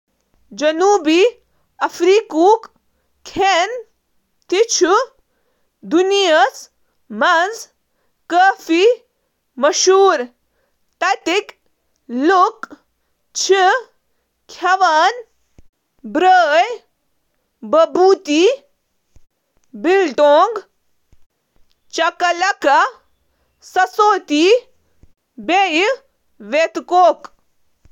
چکالاکا تہٕ پاپ چھِ پرٛٮ۪تھ جنوٗبی افریقی ڈِنر ٹیبلَس پٮ۪ٹھ مرکٔزی مُقام۔ چکالکا چھُ اکھ سبزی ہُنٛد سِیوٚن یُس گنٛڈٕ، ٹماٹر، مَرٕژ، گاجر، سیٖم تہٕ مسالہٕ سۭتۍ بناونہٕ چھُ یِوان، تہٕ یہِ چھُ اکثر سردی دِنہٕ یِوان۔ پاپ، ییٚمیُک مطلب چُھ 'دلہٕ'، چُھ امریکی گرٹس سۭتۍ رلان تہٕ یہٕ چُھ اکھ نشاستہٕ دار سِیوٚن یُس سفید مکئی مکئی سۭتۍ بناونہٕ چُھ یوان۔